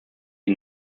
die